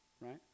right